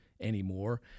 anymore